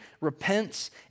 repents